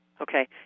Okay